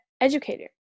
educator